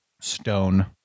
stone